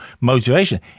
motivation